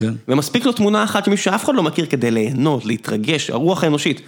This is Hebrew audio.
ומספיק לו תמונה אחת עם מישהו שאף אחד לא מכיר כדי ליהנות, להתרגש, הרוח האנושית.